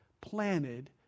planted